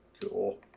Cool